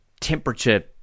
temperature